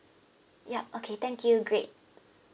yup okay thank you great